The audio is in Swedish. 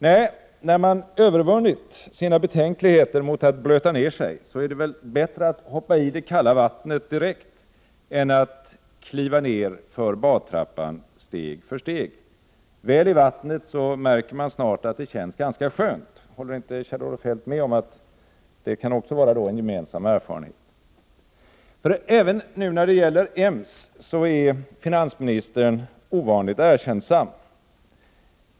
Nej, när man övervunnit sina betänkligheter mot att blöta ner sig är det bättre att hoppa i det kalla vattnet direkt än att kliva nerför badtrappan steg för steg. Väl i vattnet märker man snart att det känns ganska skönt. Håller inte Kjell-Olof Feldt med om det — det kan också vara en gemensam erfarenhet? Även när det gäller EMS är finansministern ovanligt erkännsam.